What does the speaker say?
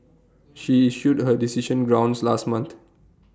she issued her decision grounds last month